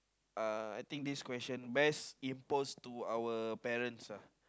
uh I think this question best imposed to our parents uh